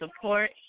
support